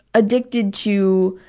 addicted to